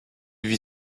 vit